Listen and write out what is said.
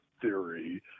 theory